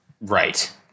Right